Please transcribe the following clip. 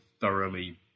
thoroughly